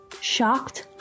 Shocked